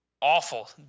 Awful